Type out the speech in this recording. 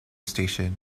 station